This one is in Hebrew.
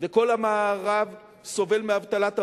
וכל המערב סובל מאבטלת המונים,